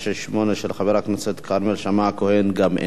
1968, של חבר הכנסת כרמל שאמה-הכהן, גם איננו,